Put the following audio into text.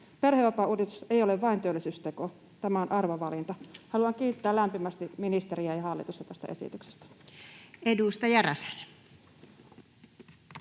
Perhevapaauudistus ei ole vain työllisyysteko, tämä on arvovalinta. Haluan kiittää lämpimästi ministeriä ja hallitusta tästä esityksestä. [Speech